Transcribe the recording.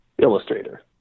illustrator